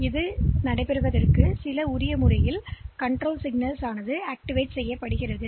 எனவே இது போன்ற கட்டுப்பாட்டு சிக்னல்களின் செயல்பாடுகளின் வரிசையால் செய்யப்படுகிறது